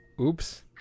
Oops